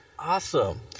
Awesome